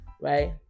Right